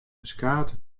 ferskate